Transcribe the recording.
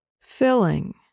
filling